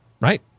right